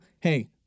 hey